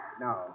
No